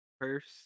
first